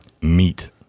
Meat